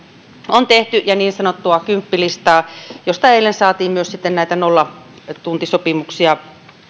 on tehty kilpailukykysopimusta ja niin sanottua kymppilistaa josta eilen saatiin myös sitten nollatuntisopimuksia